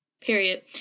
Period